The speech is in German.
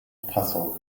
passau